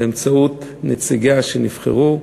באמצעות נציגיה שנבחרו,